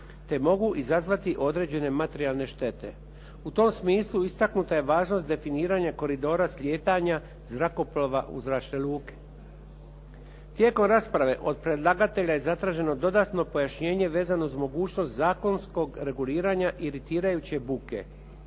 te mogu izazvati određene materijalne štete. U tom smislu istaknuta je važnost definiranja koridora slijetanja zrakoplova u zračne luke. Tijekom rasprave od predlagatelja je zatraženo dodatno pojašnjenje vezano uz mogućnost zakonskog reguliranja iritirajuće buke.